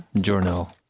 journal